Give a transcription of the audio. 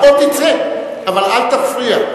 עכשיו ראש הממשלה מדבר.